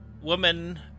woman